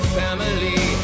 family